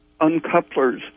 uncouplers